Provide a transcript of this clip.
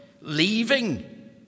Leaving